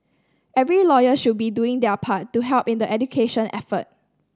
every lawyer should be doing their part to help in the education effort